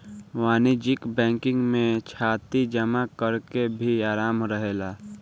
वाणिज्यिक बैंकिंग में थाती जमा करेके भी आराम रहेला